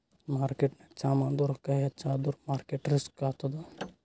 ಮಾರ್ಕೆಟ್ನಾಗ್ ಸಾಮಾಂದು ರೊಕ್ಕಾ ಹೆಚ್ಚ ಆದುರ್ ಮಾರ್ಕೇಟ್ ರಿಸ್ಕ್ ಆತ್ತುದ್